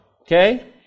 okay